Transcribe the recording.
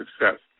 success